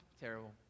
terrible